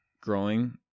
growing